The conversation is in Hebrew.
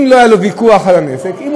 ואם לא היה לו ויכוח על הנזק,